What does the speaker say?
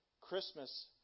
Christmas